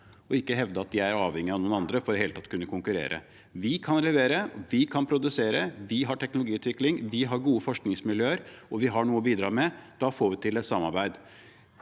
og ikke hevde at de er avhengige av noen andre for i hele tatt å kunne konkurrere. Vi kan levere, vi kan produsere, vi har teknologiutvikling, vi har gode forskningsmiljøer, og vi har noe å bidra med. Da får vi til et samarbeid.